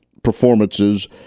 performances